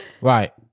right